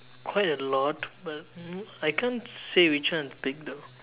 quite a lot but mm I can't say which one is big though